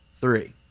three